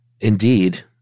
indeed